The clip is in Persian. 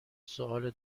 سوال